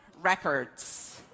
records